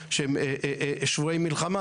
אומרת שהם שבויי מלחמה.